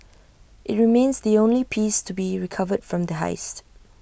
IT remains the only piece to be recovered from the heist